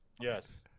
Yes